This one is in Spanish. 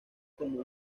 como